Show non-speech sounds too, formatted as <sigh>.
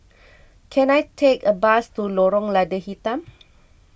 can I take a bus to Lorong Lada Hitam <noise>